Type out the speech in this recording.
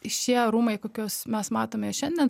šie rūmai kokius mes matome šiandien